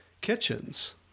kitchens